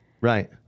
right